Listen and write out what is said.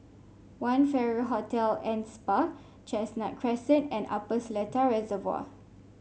One Farrer Hotel and Spa Chestnut Crescent and Upper Seletar Reservoir